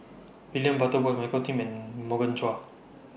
William Butterworth Michael Kim and Morgan Chua